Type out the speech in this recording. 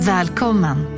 Välkommen